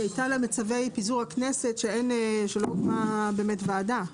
היא הייתה למצב של פיזור הכנסת שאז לא הוקמה באמת ועדה.